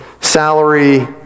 salary